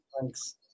Thanks